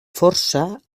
força